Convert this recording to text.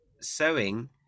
sewing